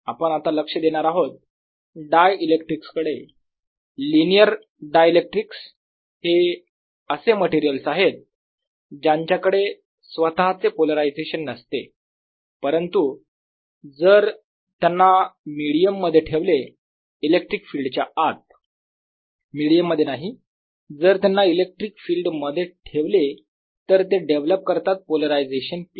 आपण आता लक्ष देणार आहोत डायइलेक्ट्रिक्स कडे लिनियर डायइलेक्ट्रिक्स हे असे मटेरियल्स आहेत ज्यांच्याकडे स्वतःचे पोलरायझेशन नसते परंतु जर त्यांना मिडीयम मध्ये ठेवले इलेक्ट्रिक फील्डच्या आत मिडीयम मध्ये नाही जर त्यांना इलेक्ट्रिक फील्ड मध्ये ठेवले तर ते डेव्हलप करतात पोलरायझेशन P